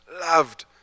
loved